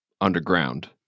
Underground